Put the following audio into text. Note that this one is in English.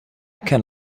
can